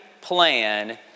plan